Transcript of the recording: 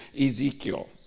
Ezekiel